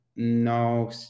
no